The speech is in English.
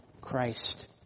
Christ